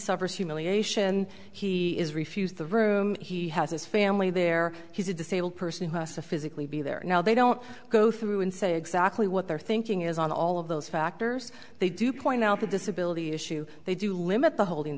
suffers humiliation he is refused the room he has his family there he's a disabled person who has to physically be there now they don't go through and say exactly what their thinking is on all of those factors they do point out the disability issue they do limit the holding